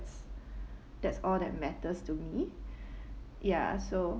that's all that matters to me ya so